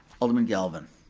alderman galvin.